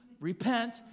repent